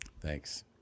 Thanks